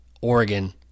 Oregon